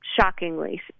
shockingly